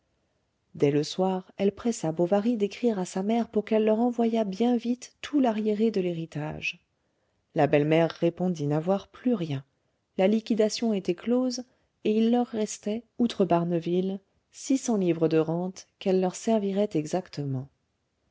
dès le soir elle pressa bovary d'écrire à sa mère pour qu'elle leur envoyât bien vite tout l'arriéré de l'héritage la belle-mère répondit n'avoir plus rien la liquidation était close et il leur restait outre barneville six cents livres de rente qu'elle leur servirait exactement